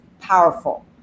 powerful